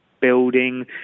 building